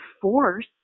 force